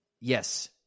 yes